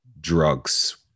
drugs